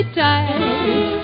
tight